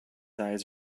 eyes